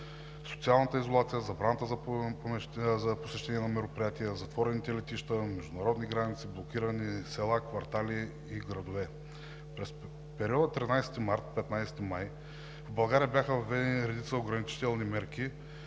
социалната изолация, забраната за посещение на мероприятия, затворените летища и международни граници, блокираните села, квартали и градове. През периода 13 март – 15 май в България бяха въведени редица ограничителни мерки